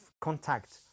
contact